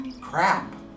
crap